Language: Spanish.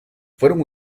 fueron